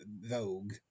Vogue